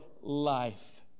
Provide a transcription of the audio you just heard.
life